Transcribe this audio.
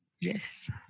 yes